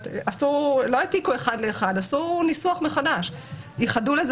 לא העתיקו אחד לאחד אלא עשו ניסוח מחדש וייחדו לזה